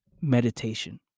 meditation